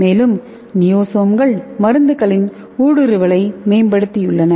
மேலும் நியோசோம்கள் மருந்துகளின் ஊடுருவலை மேம்படுத்தியுள்ளன